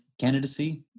candidacy